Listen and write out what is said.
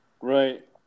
Right